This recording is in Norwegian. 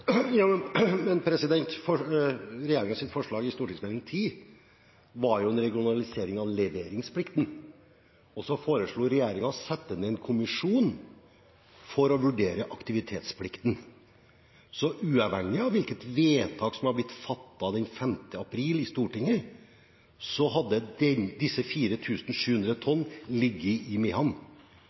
regjeringa? Regjeringens forslag i Meld. St. 10 var jo en regionalisering av leveringsplikten. Så foreslo regjeringen å sette ned en kommisjon for å vurdere aktivitetsplikten. Så uavhengig av hvilket vedtak som ble fattet den 5. april i Stortinget, hadde disse 4 700 tonn ligget i